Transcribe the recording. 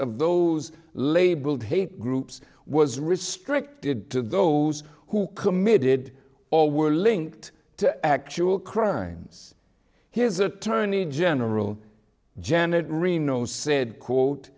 of those labeled hate groups was restricted to those who committed or were linked to actual crimes his attorney general janet reno said quote